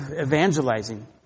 evangelizing